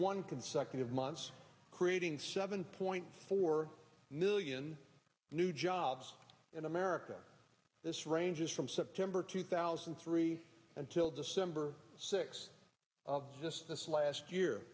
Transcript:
one consecutive months creating seven point four million new jobs in america this ranges from september two thousand and three until december six just this last year